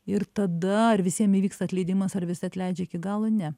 ir tada ar visiem įvyksta atleidimas ar vis atleidžia iki galo ne